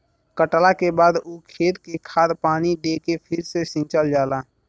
कटला के बाद ऊ खेत के खाद पानी दे के फ़िर से सिंचल जाला